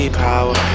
power